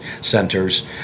centers